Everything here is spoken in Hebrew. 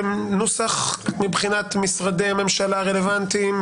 לקדם נוסח מבחינת משרדי הממשלה הרלוונטיים?